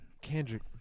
Kendrick